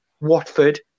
Watford